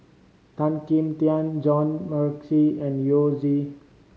Tan Kim Tian John Morrice and Yao Zi